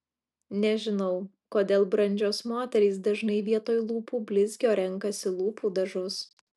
nežinau kodėl brandžios moterys dažnai vietoj lūpų blizgio renkasi lūpų dažus